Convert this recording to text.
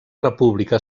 república